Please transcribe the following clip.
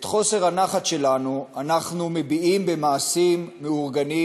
את חוסר הנחת שלנו אנחנו מביעים במעשים מאורגנים